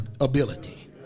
ability